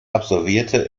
absolvierte